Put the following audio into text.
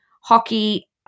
hockey